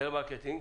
טלמרקטינג,